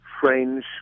French